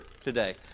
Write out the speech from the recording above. today